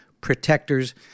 protectors